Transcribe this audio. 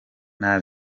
nta